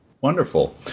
Wonderful